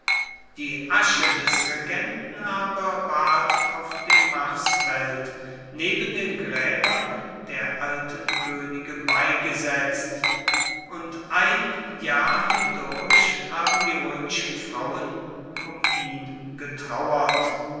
die asche des regenten aber ward auf dem marsfeld neben den gräbern der alten könige beigesetzt und ein jahr hindurch haben die römischen frauen um ihn getrauert